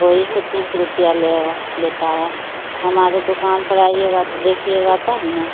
वही से तीस रुपये लेगा लेता है हमारे दुकान पर आइएगा तो देखिएगा तब ना